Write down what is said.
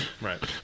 Right